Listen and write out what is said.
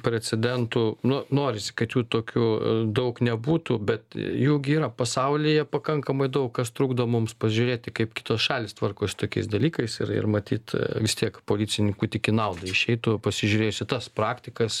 precedentų nu norisi kad jų tokių daug nebūtų bet jų gi yra pasaulyje pakankamai daug kas trukdo mums pažiūrėti kaip kitos šalys tvarko su tokiais dalykais ir ir matyt vis tiek policininkui tik į naudą išeitų pasižiūrėjus į tas praktikas